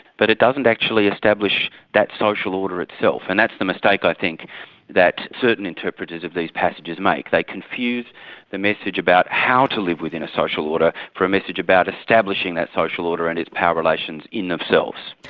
but it doesn't actually establish that social order itself. and that's the mistake i think that certain interpreters of these passages make. they confuse the message about how to live within a social order for a message about establishing that social order and its power relations in themselves.